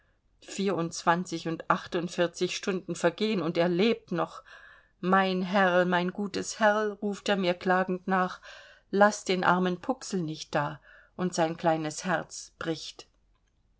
vierundzwanzig und achtundvierzig stunden vergehen und er lebt noch mein herrl mein gutes herrl ruft er mir klagend nach laß den armen puxl nicht da und sein kleines herz bricht